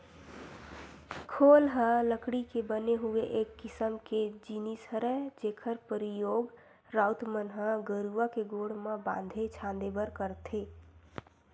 खोल ह लकड़ी के बने हुए एक किसम के जिनिस हरय जेखर परियोग राउत मन ह गरूवा के गोड़ म बांधे छांदे बर करथे